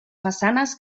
façanes